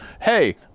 hey